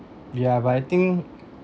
ya but I think